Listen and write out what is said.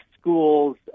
schools